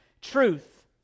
truth